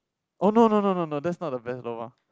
oh no no no no no that's not the best lobang